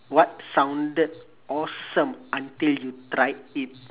what sounded awesome until you tried it